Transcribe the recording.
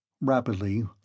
Rapidly